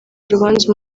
rubanza